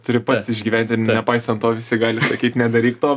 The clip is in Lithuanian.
turi pats išgyvent ir nepaisant to visi gali sakyt nedaryk to